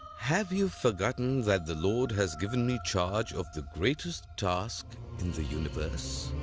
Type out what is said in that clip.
have you forgotten that the lord has given me charge of the greatest task in the universe?